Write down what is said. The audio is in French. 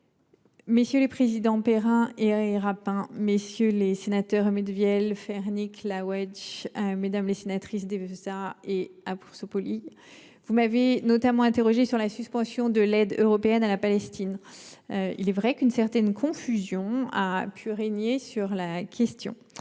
Messieurs les présidents Perrin et Rapin, messieurs les sénateurs Médevielle, Fernique et Laouedj, mesdames les sénatrices Devésa et Apourceau-Poly, vous m’avez notamment interrogée sur la suspension de l’aide européenne à la Palestine. Il est vrai qu’une certaine confusion a pu régner sur la question